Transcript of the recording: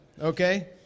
okay